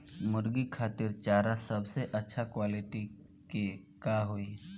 मुर्गी खातिर चारा सबसे अच्छा क्वालिटी के का होई?